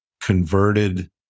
converted